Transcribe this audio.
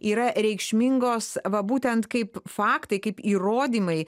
yra reikšmingos va būtent kaip faktai kaip įrodymai